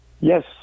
Yes